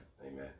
Amen